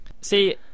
See